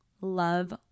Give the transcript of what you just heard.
love